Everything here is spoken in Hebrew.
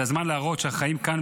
זה הזמן להראות שהחיים כאן,